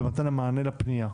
במתן המענה לפניה.